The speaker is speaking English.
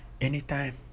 anytime